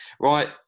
right